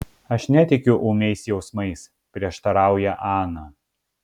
aš netikiu ūmiais jausmais prieštarauja ana